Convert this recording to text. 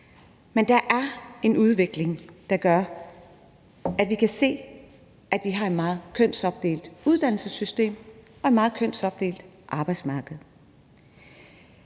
Men der er en udvikling, der gør, at vi kan se, at vi har et meget kønsopdelt uddannelsessystem og et meget kønsopdelt arbejdsmarked.